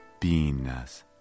beingness